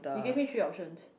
you gave me three options